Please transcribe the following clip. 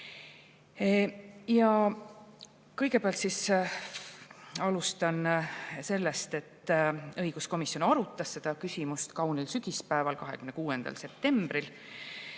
üksmeel. Alustan sellest, et õiguskomisjon arutas seda küsimust kaunil sügispäeval, 26. septembril,